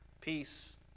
peace